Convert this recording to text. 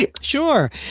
sure